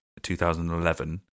2011